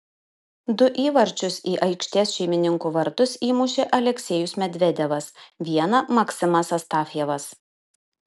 du įvarčius į aikštės šeimininkų vartus įmušė aleksejus medvedevas vieną maksimas astafjevas